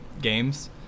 games